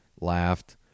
laughed